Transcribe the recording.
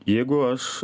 jeigu aš